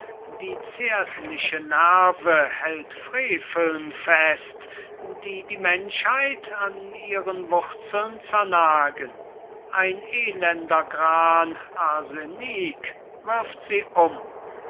die zärtliche nerve hält freveln fest die die menschheit an ihren wurzeln zernagen ein elender gran arsenik wirft sie um luise